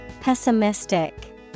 Pessimistic